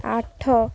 ଆଠ